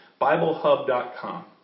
BibleHub.com